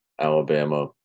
Alabama